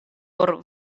por